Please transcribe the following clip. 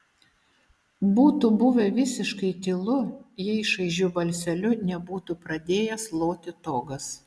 būtų buvę visiškai tylu jei šaižiu balseliu nebūtų pradėjęs loti togas